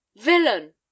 villain